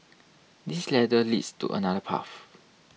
this ladder leads to another path